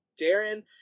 Darren